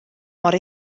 mor